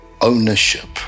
ownership